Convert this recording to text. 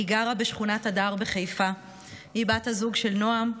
היא גרה בשכונת הדר בחיפה והיא בת הזוג של נועם,